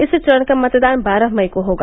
इस चरण का मतदान बारह मई को होगा